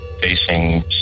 facing